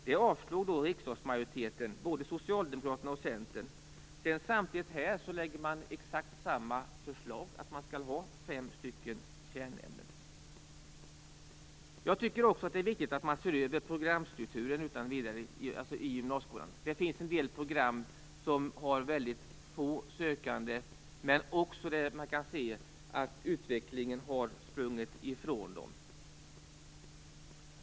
Den motionen avslog riksdagsmajoriteten, med både Socialdemokraterna och Centern. Samtidigt lägger regeringen nu fram exakt samma förslag, dvs. att det skall vara fem kärnämnen. Jag tycker också att det är viktigt att se över programstrukturen i gymnasieskolan. En del program har få sökande, men man kan där se att utvecklingen har sprungit ifrån dem.